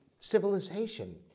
civilization